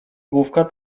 główka